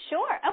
Sure